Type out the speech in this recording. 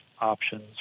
options